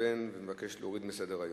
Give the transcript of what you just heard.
מבקש להוריד מסדר-היום.